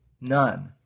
none